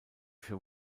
für